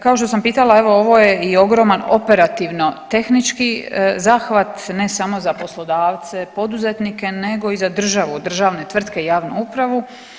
Kao što sam pitala evo ovo je i ogroman operativno tehnički zahvat, ne samo za poslodavce poduzetnike nego i za državu, državnu tvrtke i javnu upravu.